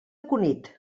cunit